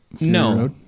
No